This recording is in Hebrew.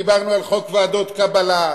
דיברנו על חוק ועדות קבלה,